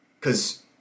Cause